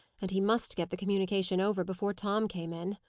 and he must get the communication over before tom came in.